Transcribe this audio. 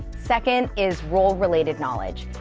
second is role-related knowledge.